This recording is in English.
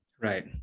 Right